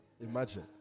Imagine